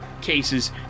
cases